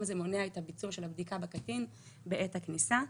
הזה מונע את ביצוע הבדיקה בקטין בעת הכניסה.